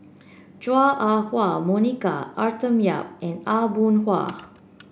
Chua Ah Huwa Monica Arthur Yap and Aw Boon Haw